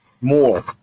more